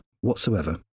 whatsoever